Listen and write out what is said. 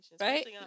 Right